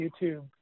YouTube